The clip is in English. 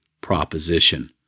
proposition